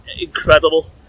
incredible